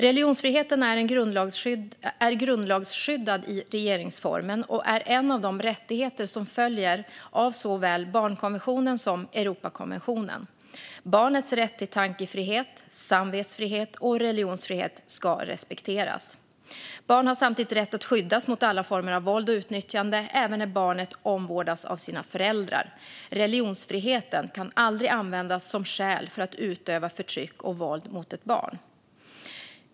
Religionsfriheten är grundlagsskyddad i regeringsformen och är en av de rättigheter som följer av såväl barnkonventionen som Europakonventionen. Barnets rätt till tankefrihet, samvetsfrihet och religionsfrihet ska respekteras. Barn har samtidigt rätt att skyddas mot alla former av våld och utnyttjande, även när barnet får omvårdnad av sina föräldrar. Religionsfriheten kan aldrig användas som skäl för att utöva förtryck och våld mot ett barn.